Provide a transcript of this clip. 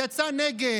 יצא נגד.